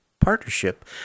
Partnership